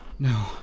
No